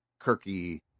Kirky